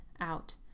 out